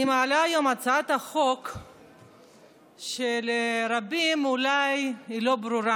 התש"ף 2020. תציג את הצעת החוק חברת הכנסת יוליה מלינובסקי,